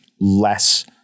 less